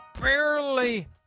barely